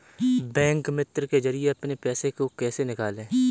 Bank मित्र के जरिए अपने पैसे को कैसे निकालें?